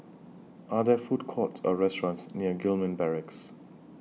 Are There Food Courts Or restaurants near Gillman Barracks